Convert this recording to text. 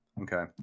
Okay